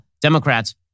Democrats